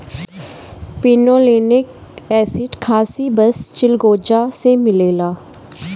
pinolenic acid खासी बस चिलगोजा से मिलेला